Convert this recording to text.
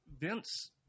Vince